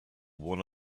one